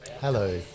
Hello